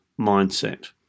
mindset